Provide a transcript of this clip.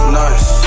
nice